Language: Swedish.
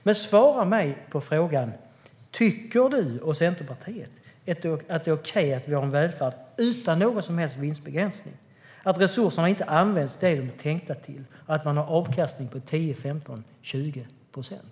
Men svara mig på frågan, Peter Helander: Tycker du och Centerpartiet att det är okej att vi har en välfärd utan några som helst vinstbegränsningar, att resurserna inte används till det de är tänkta till och att man har en avkastning på 10-15-20 procent?